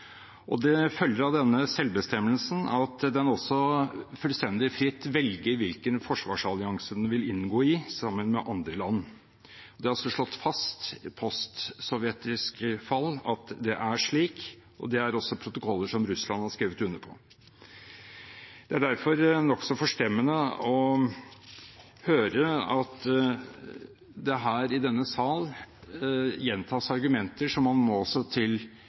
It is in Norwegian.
forsvar. Det følger av denne selvbestemmelsen at den også fullstendig fritt velger hvilken forsvarsallianse den vil inngå i, sammen med andre land. Det er altså slått fast, post sovjetisk fall, at det er slik, og det er også protokoller som Russland har skrevet under på. Det er derfor nokså forstemmende å høre at det her i denne sal gjentas argumenter som man må til